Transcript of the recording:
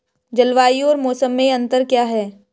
जलवायु और मौसम में अंतर क्या है?